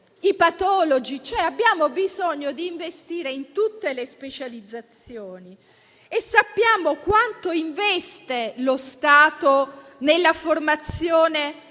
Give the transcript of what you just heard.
ai patologi. Abbiamo bisogno di investire in tutte le specializzazioni e sappiamo quanto lo Stato investe nella formazione